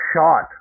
shot